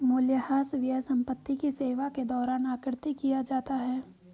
मूल्यह्रास व्यय संपत्ति की सेवा के दौरान आकृति किया जाता है